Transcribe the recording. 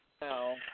no